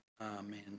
Amen